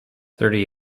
thirty